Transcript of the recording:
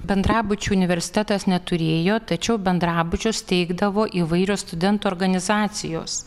bendrabučių universitetas neturėjo tačiau bendrabučius teikdavo įvairios studentų organizacijos